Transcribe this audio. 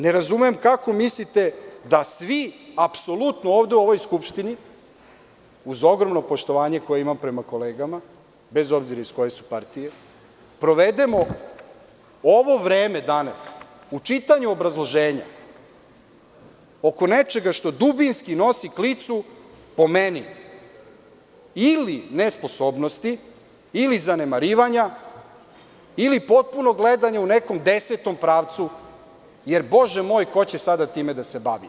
Ne razumem, kao mislite da svi, apsolutno ovde u ovoj Skupštini, uz ogromno poštovanje koje imam prema kolegama, bez obzira iz koje su partije, provedemo ovo vreme danas u čitanju obrazloženja oko nečega što dubinski nosi klicu, po meni, ili nesposobnosti ili zanemarivanja ili potpunom gledanju u nekom desetom pravcu, jer, Bože moj, ko će sada time da se bavi.